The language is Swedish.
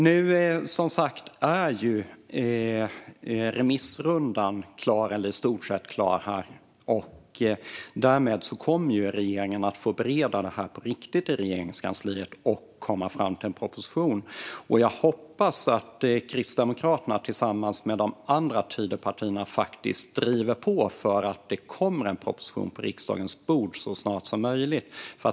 Nu är som sagt remissrundan klar, eller i stort sett klar. Därmed kommer regeringen att få bereda detta på riktigt i Regeringskansliet och komma fram till en proposition. Jag hoppas att Kristdemokraterna tillsammans med de andra Tidöpartierna driver på för att det ska komma en proposition på riksdagens bord så snart som möjligt.